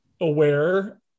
aware